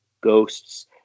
ghosts